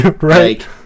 Right